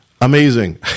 amazing